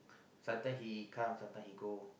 sometime he come sometime he go